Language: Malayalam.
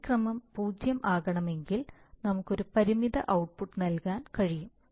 വ്യതിക്രമം 0 ആണെങ്കിൽ നമുക്ക് ഒരു പരിമിത ഔട്ട്പുട്ട് നൽകാൻ കഴിയും